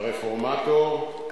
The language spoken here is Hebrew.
הרפורמטור,